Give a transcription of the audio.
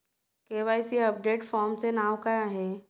KYC update फॉर्मचे नाव काय आहे?